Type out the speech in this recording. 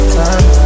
time